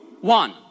one